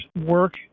work